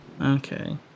Okay